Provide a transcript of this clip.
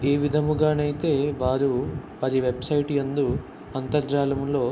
ఏ విధముగానే అయితే వారు వారి వెబ్సైట్ నందు అంతర్జాలములో